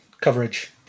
coverage